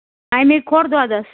اَمے کھول دۄدَس